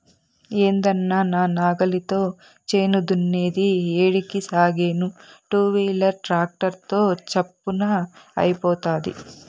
ఏందన్నా నా నాగలితో చేను దున్నేది ఏడికి సాగేను టూవీలర్ ట్రాక్టర్ తో చప్పున అయిపోతాది